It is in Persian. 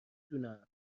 دونم